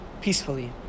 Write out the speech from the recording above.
peacefully